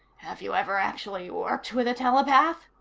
have you ever actually worked with a telepath?